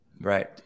right